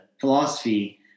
philosophy